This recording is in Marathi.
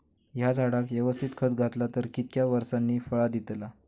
हया झाडाक यवस्तित खत घातला तर कितक्या वरसांनी फळा दीताला?